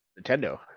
Nintendo